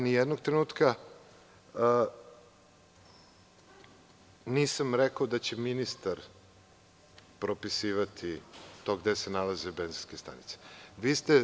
Nijednog trenutka nisam rekao da će ministar propisivati to gde se nalazi benzinske stanice.